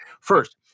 First